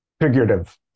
Figurative